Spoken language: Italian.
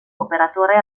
operatore